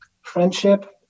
friendship